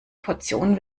portion